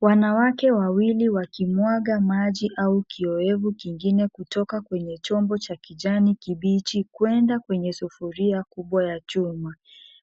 Wanawake wawili wakimwaga maji au kiowevu kingine kutoka kwenye chombo ya kijani kibichi kwenda kwenye sufuria kubwa ya chuma.